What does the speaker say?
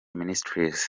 ministries